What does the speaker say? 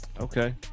Okay